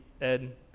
Ed